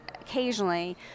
occasionally